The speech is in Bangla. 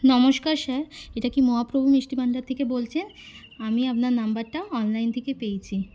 নমস্কার স্যার এটা কি মহাপ্রভু মিষ্টি ভান্ডার থেকে বলছেন আমি আপনার নম্বরটা অনলাইন থেকে পেয়েছি